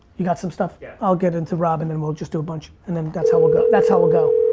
you got some stuff? yeah i'll get into rob and then we'll just do a bunch and then that's how we'll go, that's how we'll go.